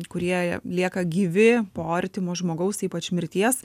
kurie lieka gyvi po artimo žmogaus ypač mirties